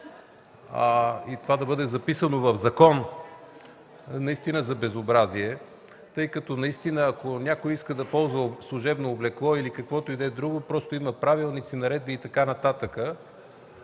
и това да бъде записано в закон наистина за безобразие, тъй като, ако някой иска да ползва служебно облекло или каквото и да е друго, просто има правилници, наредби и така нататък.